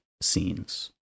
scenes